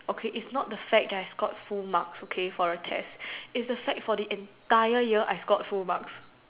okay it's not the fact that I scored full marks okay for a test it's the fact for the entire year I scored full marks